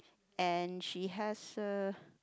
and she has a